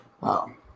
Wow